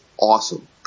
awesome